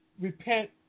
repent